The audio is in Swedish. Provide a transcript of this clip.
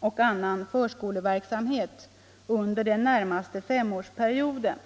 och annan förskoleverksamhet under den närmaste femårsperioden.